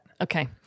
Okay